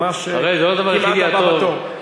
ממש כמעט הבא בתור.